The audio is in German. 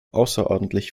außerordentlich